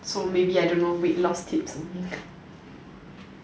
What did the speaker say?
so maybe I don't know weight loss tips or something